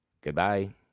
Goodbye